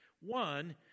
One